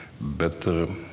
better